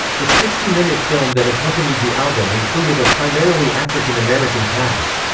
the sixty minute film that accompanied the album included a primarily african-american cast.